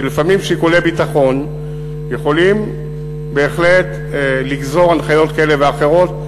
שלפעמים שיקולי ביטחון יכולים בהחלט לגזור הנחיות כאלה ואחרות.